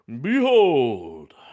Behold